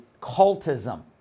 cultism